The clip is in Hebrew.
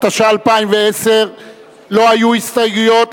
התשע"א 2010. לא היו הסתייגויות,